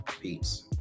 Peace